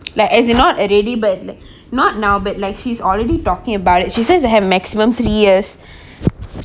like as in not at eighty bid not now but like she's already talking about it she says you have maximum three years